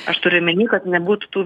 aš turiu omeny kad nebūtų tų